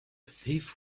thief